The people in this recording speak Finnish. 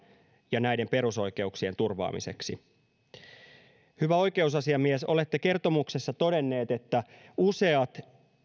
ja perusoikeuksien turvaamiseksi hyvä oikeusasiamies olette kertomuksessa todennut että useat